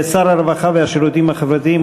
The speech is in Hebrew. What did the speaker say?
שר הרווחה והשירותים החברתיים,